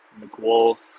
McWolf